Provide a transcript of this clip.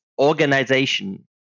organization